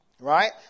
Right